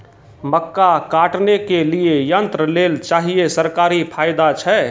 मक्का काटने के लिए यंत्र लेल चाहिए सरकारी फायदा छ?